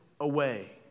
away